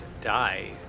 die